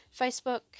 Facebook